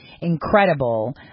incredible